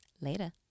Later